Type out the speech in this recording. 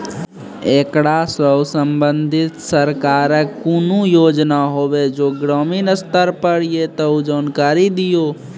ऐकरा सऽ संबंधित सरकारक कूनू योजना होवे जे ग्रामीण स्तर पर ये तऽ जानकारी दियो?